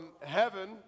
heaven